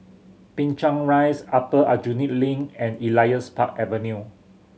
Binchang Rise Upper Aljunied Link and Elias Park Avenue